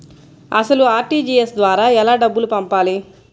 అసలు అర్.టీ.జీ.ఎస్ ద్వారా ఎలా డబ్బులు పంపాలి?